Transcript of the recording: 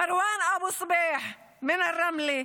מרואן אבו סבייח מרמלה,